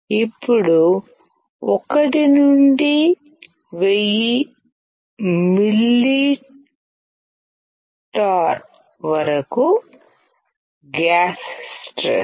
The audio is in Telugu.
ఇప్పుడు 1 నుండి 1000 మిల్లీ టార్ వరకు గ్యాస్ స్ట్రెస్